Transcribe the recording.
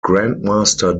grandmaster